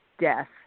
death